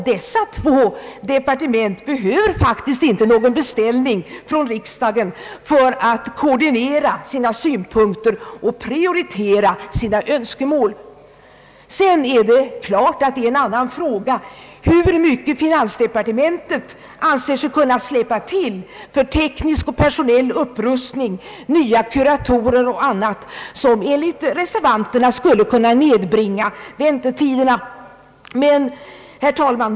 Dessa två departement behöver faktiskt inte någon beställning från riksdagen för att koordinera sina synpunkter och prioritera sina önskemål. Sedan är det givetvis en annan fråga hur mycket finansdepartementet anser sig kunna släppa till för teknisk och personell upprustning, nya kuratorer och annat som enligt reservanterna skulle kunna nedbringa väntetiderna på sjukhusen.